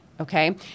okay